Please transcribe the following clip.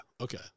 okay